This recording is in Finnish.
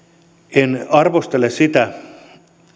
en arvostele sitä